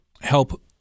help